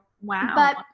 Wow